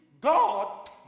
God